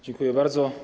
Dziękuję bardzo.